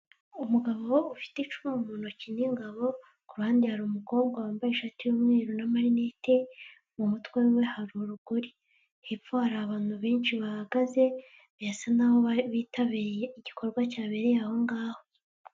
Umugabo ufite icumu mu ntoki n'ingabo, ku ruhande hari umukobwa wambaye ishati y'umweru naamarinete, mu mutwe we hari urugori. Hepfo hari abantu benshi bahagaze, birasa n'aho bitabiriye igikorwa cyabereye aho ngaho.